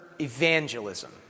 evangelism